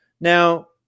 Now